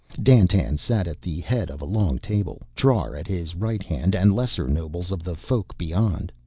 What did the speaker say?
dandtan sat at the head of a long table, trar at his right hand and lesser nobles of the folk beyond.